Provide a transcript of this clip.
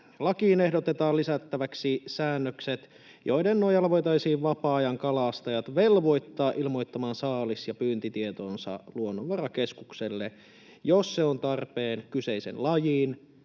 ehdotetaan lisättäväksi säännökset, joiden nojalla voitaisiin vapaa-ajankalastajat velvoittaa ilmoittamaan saalis‑ ja pyyntitietonsa Luonnonvarakeskukselle, jos se on tarpeen kyseisen lajin